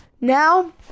Now